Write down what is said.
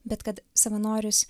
bet kad savanoris